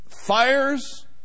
fires